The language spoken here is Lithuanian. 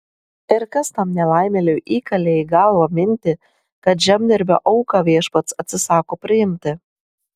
ir kas tam nelaimėliui įkalė į galvą mintį kad žemdirbio auką viešpats atsisako priimti